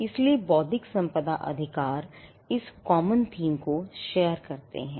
इसलिए बौद्धिक संपदा अधिकार इस commom theme को share करते हैं